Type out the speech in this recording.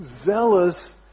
zealous